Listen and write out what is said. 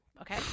okay